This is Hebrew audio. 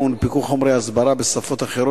לא הונפקו חומרי הסברה בשפות אחרות,